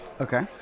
Okay